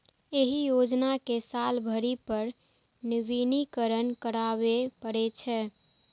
एहि योजना कें साल भरि पर नवीनीकरण कराबै पड़ै छै